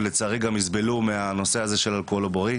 ולצערי גם ייסבלו מהנושא הזה של אלכוהול עוברי.